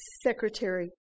secretary